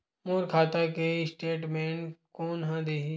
मोर खाता के स्टेटमेंट कोन ह देही?